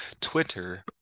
Twitter